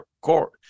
court